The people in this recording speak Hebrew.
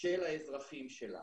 של האזרחים שלה.